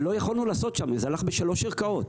ולא יכולנו לעשות שם, זה הלך בשלוש ערכאות.